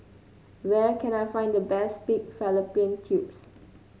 where can I find the best Pig Fallopian Tubes